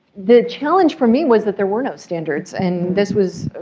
the challenge for me was that there were no standards. and this was